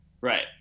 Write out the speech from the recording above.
Right